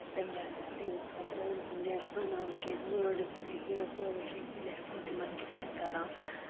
تَمہِ دۄہ ٲسۍ تِہِندۍ خٲطرٕ وَنان کینٛہہ وٲڈٕس تہٕ یہِ پویٹری تہِ لیکھان تِمَن گِفٹہٕ کَران